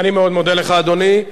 אני מאוד מודה לך, אדוני.